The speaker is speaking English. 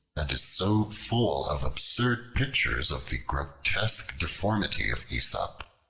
and is so full of absurd pictures of the grotesque deformity of aesop,